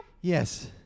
Yes